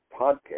podcast